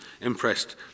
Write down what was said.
impressed